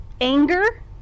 anger